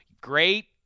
Great